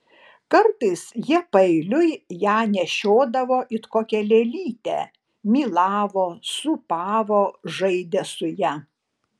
kartais jie paeiliui ją nešiodavo it kokią lėlytę mylavo sūpavo žaidė su ja